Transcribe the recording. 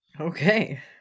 okay